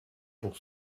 pour